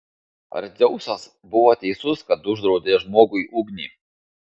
ar dzeusas buvo teisus kad uždraudė žmogui ugnį